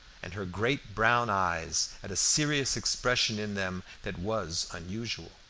and her great brown eyes had a serious expression in them that was unusual.